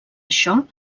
això